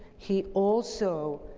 he also